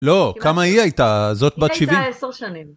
לא, כמה היא הייתה? זאת בת 70? היא הייתה 10 שנים.